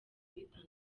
guhitana